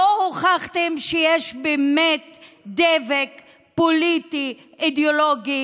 לא הוכחתם שיש באמת דבק פוליטי-אידיאולוגי